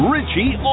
Richie